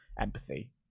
empathy